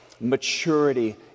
Maturity